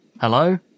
hello